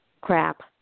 crap